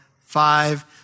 five